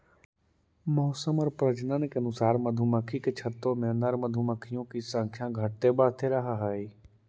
मौसम और प्रजनन के अनुसार मधुमक्खी के छत्ते में नर मधुमक्खियों की संख्या घटते बढ़ते रहअ हई